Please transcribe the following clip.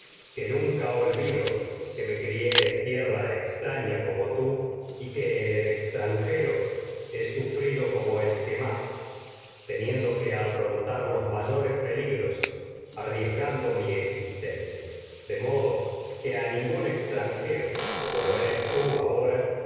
que nunca crié en olvido que me tierra extraña cómo tú y que en el extran jero tar he sufrido como el que más teniendo que afron los mayores a peligros arriesgando mi existencia de modo que ningún extranjero como lo eres tú ahora